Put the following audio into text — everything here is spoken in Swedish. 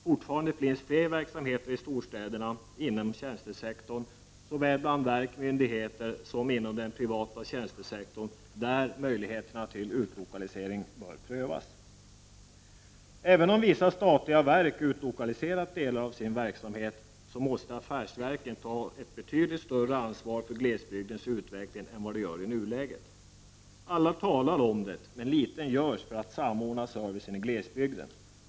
Fortfarande finns det flera verksamheter i storstäderna inom tjänstesektorn såväl bland verk och myndigheter som inom den privata tjänstesektorn där möjligheterna till utlokalisering bör prövas. Även om vissa statliga verk har utlokaliserat delar av sin versamhet måste affärsverken ta ett betydligt större ansvar för glesbygdens utveckling än vad de gör i nuläget. Alla talar om det, men litet görs för att samordna servicen i glesbygden.